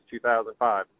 2005